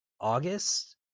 august